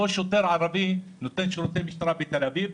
אותו שוטר ערבי נותן שירותי משטרה בתל אביב,